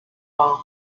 war